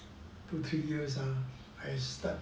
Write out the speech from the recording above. two three years ah I start